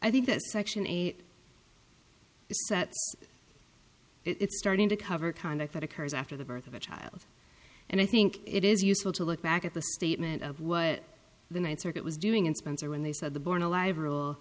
i think this section eight it's starting to cover conduct that occurs after the birth of a child and i think it is useful to look back at the statement of what the ninth circuit was doing and spencer when they said the born alive rule